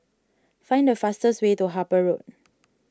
find the fastest way to Harper Road